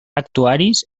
actuaris